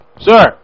Sir